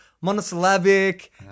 monosyllabic